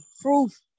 proof